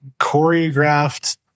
choreographed